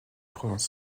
province